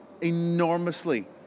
enormously